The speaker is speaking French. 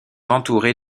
entourées